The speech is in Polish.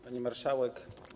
Pani Marszałek!